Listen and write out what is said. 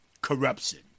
corruption